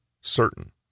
certain